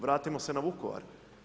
Vratimo se na Vukovar.